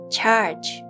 Charge